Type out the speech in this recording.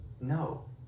No